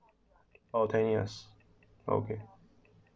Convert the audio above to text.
orh ten years okay